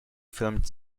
filmed